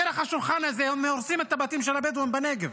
דרך השולחן הזה הורסים את הבתים של הבדואים בנגב.